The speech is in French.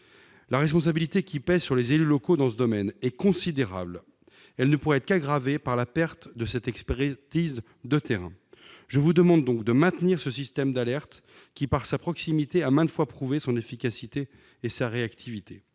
La responsabilité qui pèse sur les élus locaux dans ce domaine est considérable. Elle ne pourrait être qu'aggravée par la perte de cette expertise de terrain. Je vous demande donc de maintenir ce système d'alerte, qui, par sa proximité, a maintes fois prouvé son efficacité et sa réactivité.